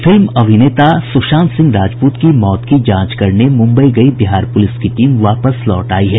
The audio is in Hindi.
फिल्म अभिनेता सुशांत सिंह राजपूत की मौत की जांच करने मुंबई गयी बिहार पुलिस की टीम वापस लौट आयी है